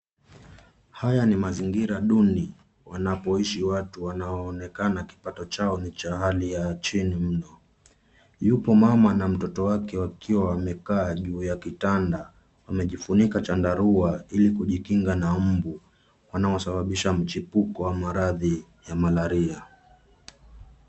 Haya ni mazingira duni, wanapoishi watu, wanaoonekana kipato chao ni cha hali ya chini mno. Yupo mama na mtoto wake wakiwa wamekaa juu ya kitanda. Wamejifunika chandarua ili kujikinga na mbu, wanosababisha mchipuko wa maradhi ya malaria.